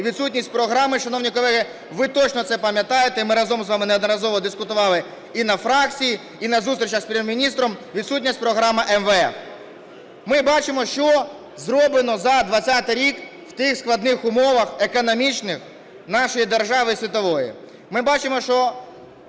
і відсутність програми, шановні колеги, ви точно це пам'ятаєте, ми разом з вами неодноразово дискутували і на фракції, і на зустрічах с Прем'єр-міністром, відсутність програми МВФ. Ми бачимо, що зроблено за 20-й рік в тих складних умовах економічних нашої держави світової. Ми бачимо, що